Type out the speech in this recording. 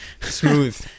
Smooth